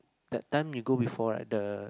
that time you go before right the